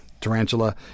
tarantula